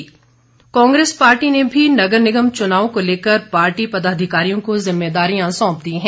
Congress Congress party ने भी नगर निगम चुनावों को लेकर पार्टी पदाधिकारियों को जिम्मेदारियां सौंप दी है